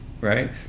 right